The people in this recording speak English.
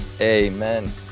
Amen